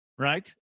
Right